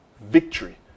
victory